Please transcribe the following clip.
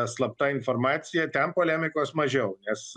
slapta informacija ten polemikos mažiau nes